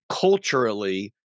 culturally